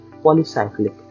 polycyclic